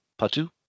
Patu